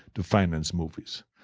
to finance movies.